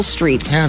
Streets